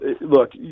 look